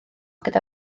gyda